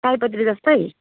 सयपत्री जस्तै